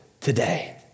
today